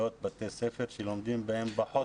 מאות בתי ספר שלומדים בהם פחות מ-500.